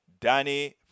Danny